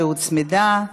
שהוצמדה.